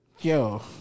Yo